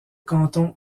canton